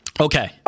Okay